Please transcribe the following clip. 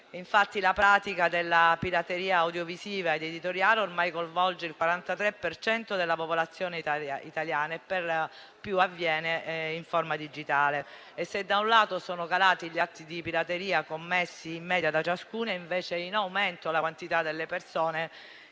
Infatti, la pratica della pirateria audiovisiva ed editoriale ormai coinvolge il 43 per cento della popolazione italiana e per lo più avviene in forma digitale e se da un lato è calato il numero degli atti di pirateria commessi in media da ciascuno, è invece in aumento la quantità delle persone